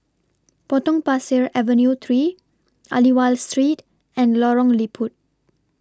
Potong Pasir Avenue three Aliwal Street and Lorong Liput